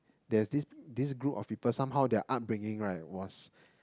there's this this group of people somehow their upbringing right was